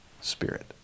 spirit